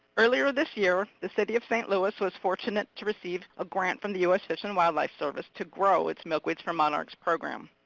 earlier this year, the city of st. louis was fortunate to receive a grant from the u s. fish and wildlife service to grow its milkweeds for monarchs program.